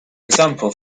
example